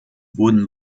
wurden